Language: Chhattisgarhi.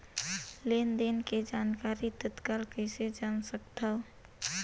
लेन देन के जानकारी तत्काल कइसे जान सकथव?